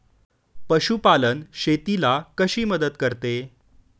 पशुपालन शेतीला कशी मदत करते?